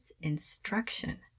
instruction